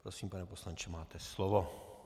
Prosím, pane poslanče, máte slovo.